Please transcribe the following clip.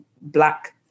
black